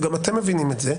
וגם אתם מבינים את זה,